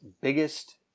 biggest